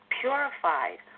purified